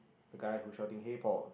the guy who shouting hey Paul